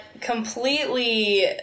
completely